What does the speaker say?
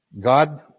God